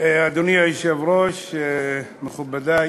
אדוני היושב-ראש, מכובדי